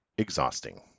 Exhausting